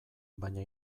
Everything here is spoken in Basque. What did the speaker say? baina